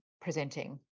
presenting